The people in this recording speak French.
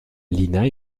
lina